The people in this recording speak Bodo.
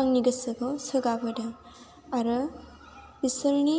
आंनि गोसोखौ सोगाब होदों आरो बिसोरनि